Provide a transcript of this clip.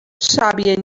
شبیه